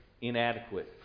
inadequate